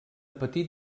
petit